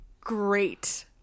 great